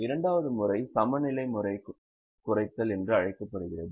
இரண்டாவது முறை சமநிலை குறைத்தல் என்று அழைக்கப்படுகிறது